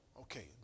okay